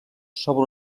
sobre